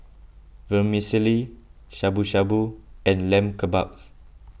Vermicelli Shabu Shabu and Lamb Kebabs